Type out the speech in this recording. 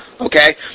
Okay